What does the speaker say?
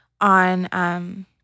on—